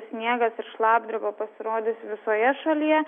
sniegas ir šlapdriba pasirodys visoje šalyje